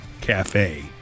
Cafe